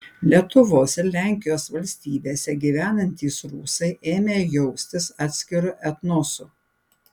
lietuvos ir lenkijos valstybėse gyvenantys rusai ėmė jaustis atskiru etnosu